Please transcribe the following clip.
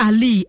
Ali